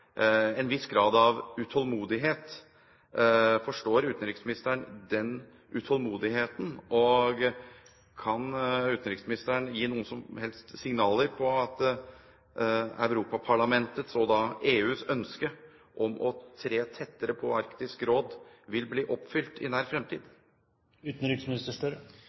En viss grad av utålmodighet – forstår utenriksministeren den utålmodigheten, og kan utenriksministeren gi noen som helst signaler om at Europaparlamentets og EUs ønske om å tre tettere på Arktisk Råd vil bli oppfylt i nær